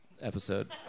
episode